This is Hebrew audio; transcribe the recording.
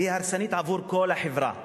והיא הרסנית עבור כל החברה.